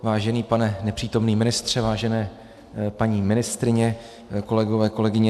Vážený pane nepřítomný ministře, vážené paní ministryně, kolegové, kolegyně.